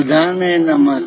બધાને નમસ્તે